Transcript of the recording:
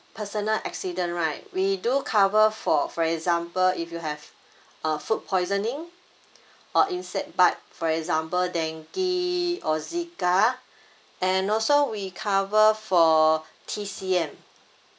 personal accident right we do cover for for example if you have uh food poisoning or insect bite for example dengue or zika and also we cover for T_C_M